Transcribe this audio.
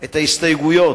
את ההסתייגויות,